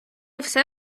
все